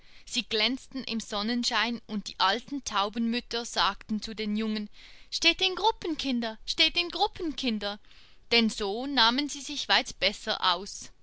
sie glänzten im sonnenschein und die alten taubenmütter sagten zu den jungen steht in gruppen kinder steht in gruppen kinder denn so nahmen sie sich weit besser aus